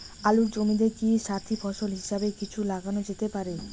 আলুর জমিতে কি সাথি ফসল হিসাবে কিছু লাগানো যেতে পারে?